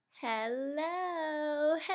Hello